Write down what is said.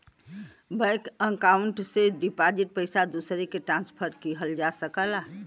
bank account से deposit पइसा दूसरे के ट्रांसफर किहल जा सकला